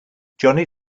johnny